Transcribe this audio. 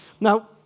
Now